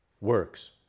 works